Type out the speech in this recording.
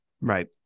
right